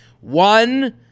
One